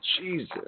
Jesus